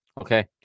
Okay